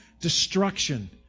destruction